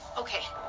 okay